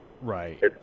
Right